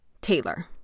Taylor